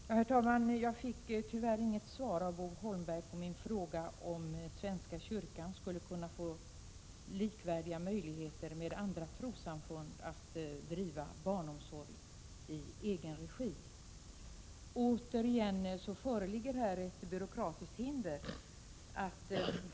Herr talman! Jag fick tyvärr inte något svar av Bo Holmberg på min fråga huruvida svenska kyrkan skulle kunna få samma möjligheter som andra trossamfund att driva barnomsorg i egen regi. Återigen föreligger här ett byråkratiskt hinder.